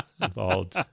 involved